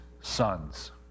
sons